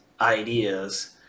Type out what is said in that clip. ideas